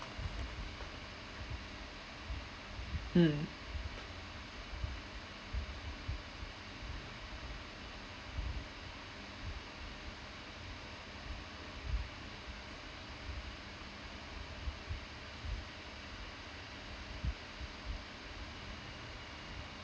mm